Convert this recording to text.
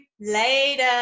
Later